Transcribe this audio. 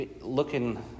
looking –